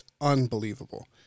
unbelievable